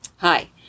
Hi